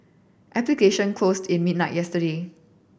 application closed in midnight yesterday